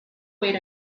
wait